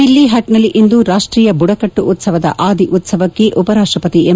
ದಿಲ್ಲಿ ಹಟ್ನಲ್ಲಿ ಇಂದು ರಾಷ್ತೀಯ ಬುದಕಟ್ಟು ಉತ್ಪವದ ಆದಿ ಉತ್ಪವಕ್ಕೆ ಉಪರಾಷ್ಟಪತಿ ಎಂ